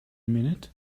minute